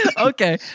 Okay